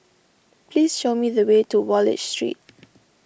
please show me the way to Wallich Street